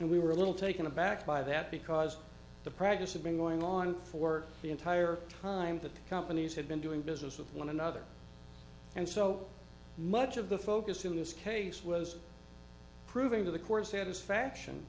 and we were a little taken aback by that because the practice of being going on for the entire time that companies had been doing business with one another and so much of the focus in this case was proving to the core satisfaction